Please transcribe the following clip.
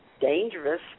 dangerous